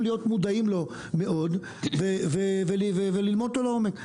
להיות מודעים לו וללמוד אותו לעומק.